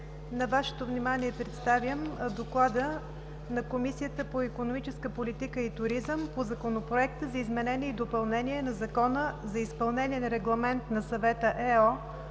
На Вашето внимание представям „ДОКЛАД на Комисията по икономическа политика и туризъм относно Законопроекта за изменение и допълнение на Закона за изпълнение на Регламент на Съвета (ЕО)